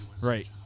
Right